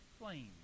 flames